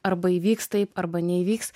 arba įvyks taip arba neįvyks